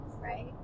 right